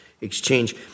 exchange